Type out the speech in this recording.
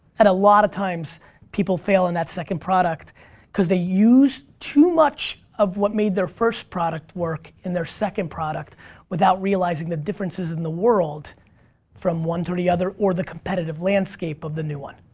and a lot of times people fail in that second product cause they use too much of what made their first product work in their second product without realizing the differences in the world from one to the other, or the competitive landscape of the new one.